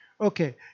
okay